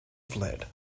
flood